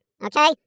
okay